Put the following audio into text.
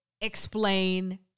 explain